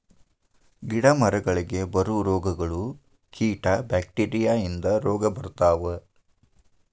ಗಿಡಾ ಮರಗಳಿಗೆ ಬರು ರೋಗಗಳು, ಕೇಟಾ ಬ್ಯಾಕ್ಟೇರಿಯಾ ಇಂದ ರೋಗಾ ಬರ್ತಾವ